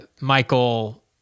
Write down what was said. Michael –